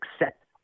accept